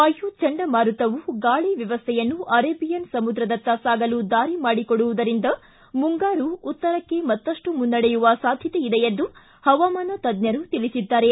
ವಾಯು ಚಂಡಮಾರುತವು ಗಾಳಿ ವ್ಯವಸ್ಠೆಯನ್ನು ಅರೇಬಿಯನ್ ಸಮುದ್ರದತ್ತ ಸಾಗಲು ದಾರಿ ಮಾಡಿಕೊಡುವುದರಿಂದ ಮುಂಗಾರು ಉತ್ತರಕ್ಕೆ ಮತ್ತಪ್ಟು ಮುನ್ನಡೆಯುವ ಸಾಧ್ಯತೆಯಿದೆ ಎಂದು ಹವಾಮಾನ ತಜ್ಞರು ತಿಳಿಸಿದ್ದಾರೆ